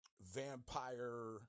vampire